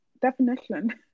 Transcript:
definition